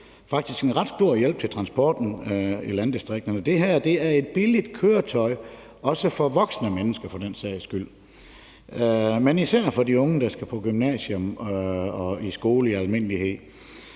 faktisk en ret stor hjælp, for transporten i landdistrikterne. Det her er et billigt køretøj, også for voksne mennesker for den sags skyld, men især for de unge mennesker, der skal på gymnasium og i skole i almindelighed.